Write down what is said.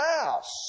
house